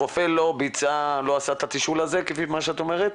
הרופא לא עשה את התשאול הזה לפי מה שאת אומרת?